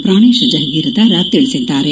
ಪ್ರಾಣೇಶ ಜಹಗೀರದಾರ ತಿಳಿಸಿದ್ದಾರೆ